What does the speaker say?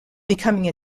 becoming